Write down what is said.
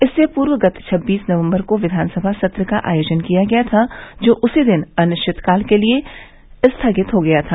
इससे पूर्व गत छब्बीस नवम्बर को विधानसभा सत्र का आयोजन किया गया था जो उसी दिन अनिश्चितकाल के लिए स्थगित हो गया था